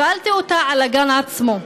שאלתי אותה על הגן עצמו,